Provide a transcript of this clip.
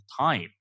time